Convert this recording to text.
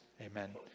Amen